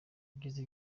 yagize